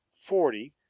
forty